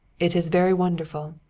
it is very wonderful.